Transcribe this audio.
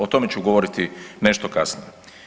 O tome ću govoriti nešto kasnije.